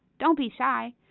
don't be shy!